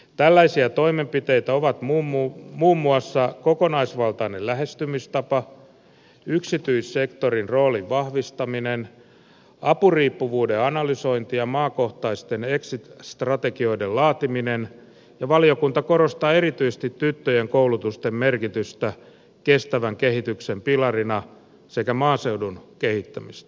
tällaisia toimenpiteitä ovat muun muassa kokonaisvaltainen lähestymistapa yksityissektorin roolin vahvistaminen apuriippuvuuden analysointi ja maakohtaisten exit strategioiden laatiminen ja valiokunta korostaa erityisesti tyttöjen koulutuksen merkitystä kestävän kehityksen pilarina sekä maaseudun kehittämistä